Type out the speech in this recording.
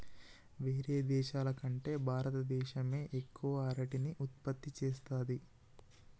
వేరే దేశాల కంటే భారత దేశమే ఎక్కువ అరటిని ఉత్పత్తి చేస్తంది